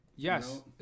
Yes